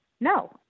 No